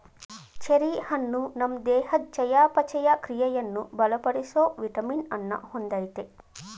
cherry ಹಣ್ಣು ನಮ್ ದೇಹದ್ ಚಯಾಪಚಯ ಕ್ರಿಯೆಯನ್ನು ಬಲಪಡಿಸೋ ವಿಟಮಿನ್ ಅನ್ನ ಹೊಂದಯ್ತೆ